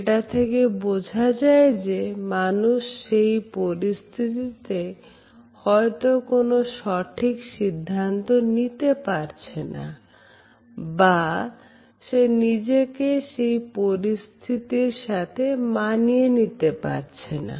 এটা থেকে বোঝা যায় যে মানুষ সেই পরিস্থিতিতে হয়তো কোনো সঠিক সিদ্ধান্ত নিতে পারছে না বা সে নিজেকে সেই পরিস্থিতির সাথে মানিয়ে নিতে পারছে না